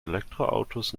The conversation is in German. elektroautos